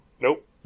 Nope